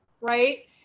right